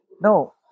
No